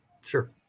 Sure